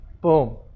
Boom